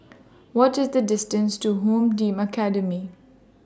What IS The distance to Home Team Academy